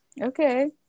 okay